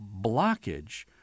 blockage